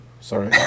Sorry